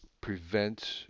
prevent